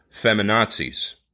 feminazis